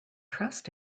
trust